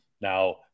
now